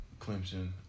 Clemson